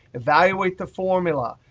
evaluate the formula.